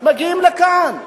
מגיעים לכאן,